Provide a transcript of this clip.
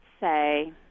say